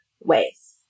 ways